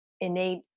innate